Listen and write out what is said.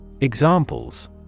Examples